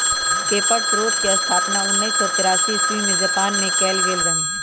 paper स्रोतके स्थापना उनइस सौ तेरासी इस्बी में जापान मे कएल गेल रहइ